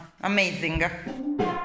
Amazing